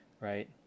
right